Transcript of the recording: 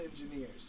engineers